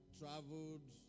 traveled